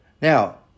Now